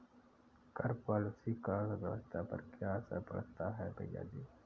कर पॉलिसी का अर्थव्यवस्था पर क्या असर पड़ता है, भैयाजी?